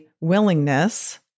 willingness